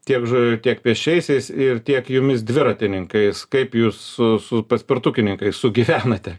tiek žo tiek pėsčiaisiais ir tiek jumis dviratininkais kaip jūs su su paspirtukininkais sugyvenate